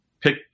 pick